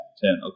ten